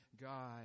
God